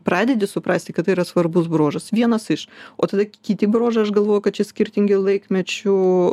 pradedi suprasti kad tai yra svarbus bruožas vienas iš o tada kiti bruožai aš galvoju kad šis skirtingų laikmečių